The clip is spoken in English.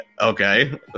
okay